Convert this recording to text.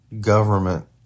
government